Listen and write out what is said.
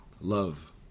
Love